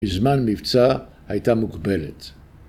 ‫בזמן מבצע הייתה מוגבלת.